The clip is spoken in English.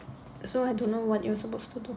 so I don't know what you're supposed to do